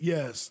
Yes